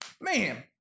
man